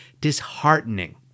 disheartening